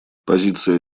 позиция